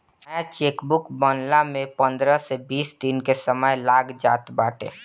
नया चेकबुक बनला में पंद्रह से बीस दिन के समय लाग जात बाटे